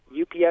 UPS